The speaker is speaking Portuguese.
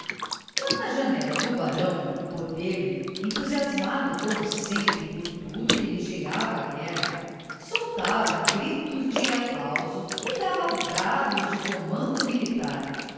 lá na janela do barão o botelho entusiasmado como sempre por tudo que lhe cheirava a guerra soltava gritos de aplauso e dava brados de comando militar